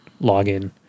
login